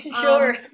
Sure